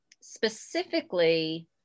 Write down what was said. specifically